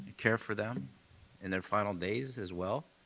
care for them in their final days as well.